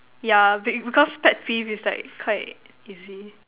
yeah because pet peeve is like quite easy